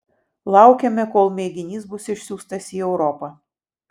laukiame kol mėginys bus išsiųstas į europą